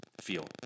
feel